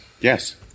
Yes